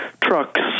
trucks